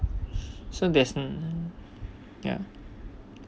so there's nothing ya